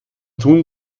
tun